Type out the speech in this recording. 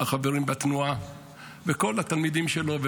החברים בתנועה וכל התלמידים שלו,